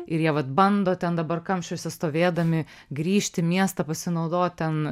ir jie vat bando ten dabar kamščiuose stovėdami grįžti į miestą pasinaudot ten